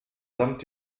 samt